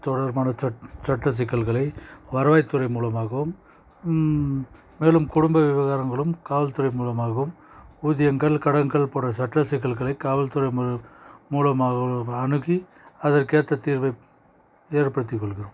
தொடர்பான சட் சட்ட சிக்கல்களை வருவாய்த்துறை மூலமாகவும் மேலும் குடும்ப விவகாரங்களும் காவல்துறை மூலமாகவும் ஊதியங்கள் கடன்கள் போன்ற சட்ட சிக்கல்களை காவல்துறை மூ மூலமாக அணுகி அதற்கேற்ற தீர்வை ஏற்படுத்தி கொள்கிறோம்